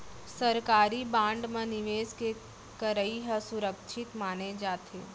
सरकारी बांड म निवेस के करई ह सुरक्छित माने जाथे